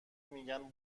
میگن